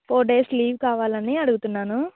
four days leave కావాలని అడుగుతున్నాను